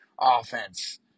offense